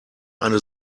eine